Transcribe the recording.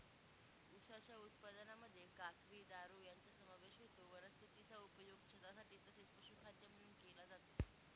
उसाच्या उत्पादनामध्ये काकवी, दारू यांचा समावेश होतो वनस्पतीचा उपयोग छतासाठी तसेच पशुखाद्य म्हणून केला जातो